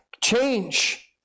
change